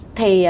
Thì